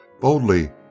boldly